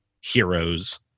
heroes